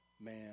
man